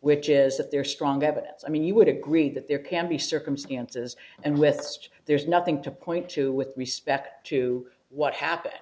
which is that there's strong evidence i mean you would agree that there can be circumstances and with such there's nothing to point to with respect to what happened